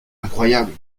incroyable